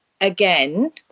again